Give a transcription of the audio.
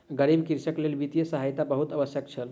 गरीब कृषकक लेल वित्तीय सहायता बहुत आवश्यक छल